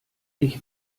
ich